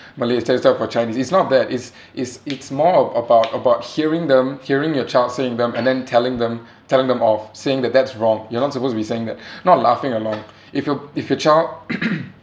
malay stereotype for chinese it's not that it's it's it's more about about hearing them hearing your child saying them and then telling them telling them off saying that that's wrong you're not supposed to be saying that not laughing along if your if your child